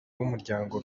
b’umuryango